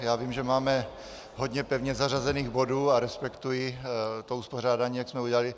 Já vím, že máme hodně pevně zařazených bodů, a respektuji to uspořádání, jak jsme udělali.